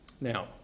Now